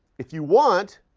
if you want,